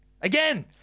again